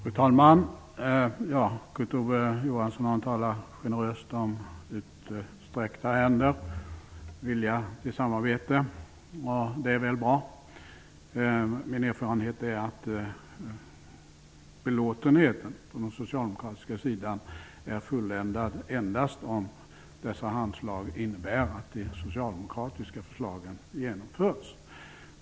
Fru talman! Kurt Ove Johansson talar generöst om utsträckta händer och om vilja till samarbete, och det är väl bra. Min erfarenhet är dock att belåtenheten på den socialdemokratiska sidan är fulländad endast om dessa handslag innebär att de socialdemokratiska förslagen genomförs.